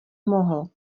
mohl